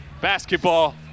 basketball